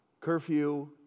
Curfew